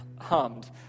hummed